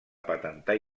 patentar